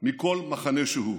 מכל מחנה שהוא.